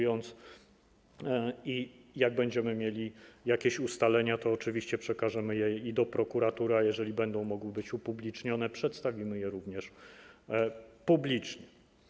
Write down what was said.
Jak będziemy mieli jakieś ustalenia, to oczywiście przekażemy je do prokuratury, a jeżeli będą mogły być upublicznione, przedstawimy je również publicznie.